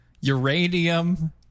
uranium